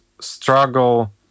struggle